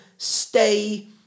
stay